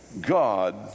God